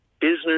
business